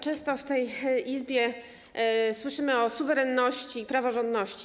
Często w tej Izbie słyszymy o suwerenności i praworządności.